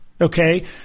okay